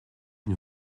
une